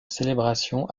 célébration